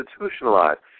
institutionalized